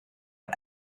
add